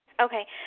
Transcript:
Okay